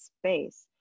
space